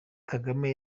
kagame